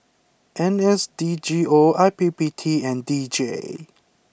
N S D G O I P P T and D J